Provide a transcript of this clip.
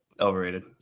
Overrated